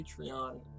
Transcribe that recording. Patreon